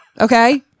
okay